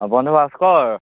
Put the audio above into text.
অঁ বন্ধু ভাস্কৰ